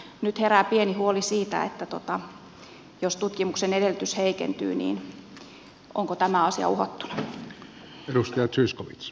nyt herää pieni huoli siitä että jos tutkimuksen edellytys heikentyy niin onko tämä asia uhattuna